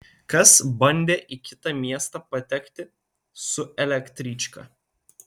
kas bandė į kitą miestą patekti su elektryčka